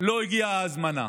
לא הגיעה ההזמנה,